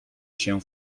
się